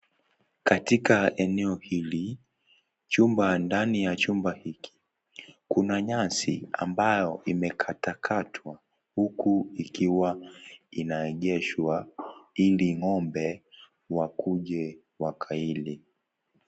Katika eneo hili, chumba, ndani ya chumba hiki, kuna nyasi, ambayo imekata katwa huku, ikiwa, inaegeshwa, ili ngombe, wakuje, wakaile.